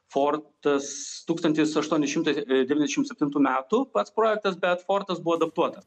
fortas tūkstantis aštuoni šimtai devyniasdešim septintų metų pats projektas bet fortas buvo adaptuotas